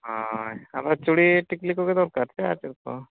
ᱦᱳᱭ ᱟᱫᱚ ᱪᱩᱲᱤ ᱴᱤᱠᱞᱤ ᱠᱚᱜᱮ ᱫᱚᱨᱠᱟ ᱥᱮ ᱟᱨ ᱪᱮᱫ ᱠᱚ